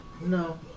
No